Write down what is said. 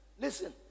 Listen